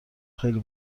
خیلی